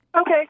Okay